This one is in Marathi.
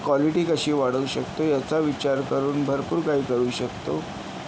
क्वालिटी कशी वाढवू शकतो याचा विचार करून भरपूर काही करू शकतो